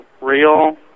real